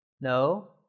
No